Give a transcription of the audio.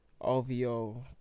OVO